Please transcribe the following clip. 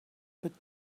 but